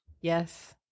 Yes